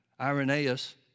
Irenaeus